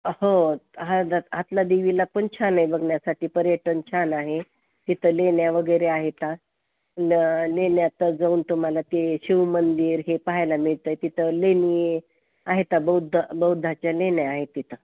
हो हा द हातला देवीलापण छान आहे बघण्यासाठी पर्यटन छान आहे तिथं लेण्यावगैरे आहेत न लेण्यात जाऊन तुम्हाला ते शिवमंदिर हे पाहायला मिळतं आहे तिथं लेणी आहे बौद्ध बौद्धाच्या लेण्या आहे तिथं